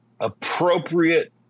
appropriate